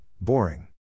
boring